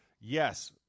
yes